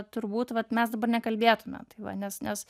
turbūt vat mes dabar nekalbėtume tai va nes nes